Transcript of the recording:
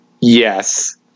Yes